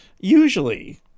usually